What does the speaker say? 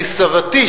כי סבתי,